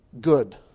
good